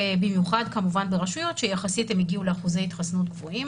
במיוחד כמובן ברשויות שיחסית הן הגיעו לאחוזי התחסנות גבוהים.